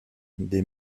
des